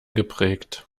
geprägt